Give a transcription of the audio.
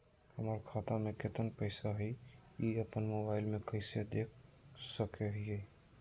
हमर खाता में केतना पैसा हई, ई अपन मोबाईल में कैसे देख सके हियई?